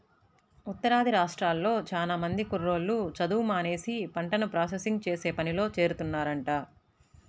ఉత్తరాది రాష్ట్రాల్లో చానా మంది కుర్రోళ్ళు చదువు మానేసి పంటను ప్రాసెసింగ్ చేసే పనిలో చేరుతున్నారంట